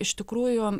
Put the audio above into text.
iš tikrųjų